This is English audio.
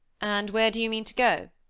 and where do you mean to go?